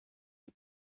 die